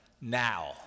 now